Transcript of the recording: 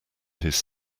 his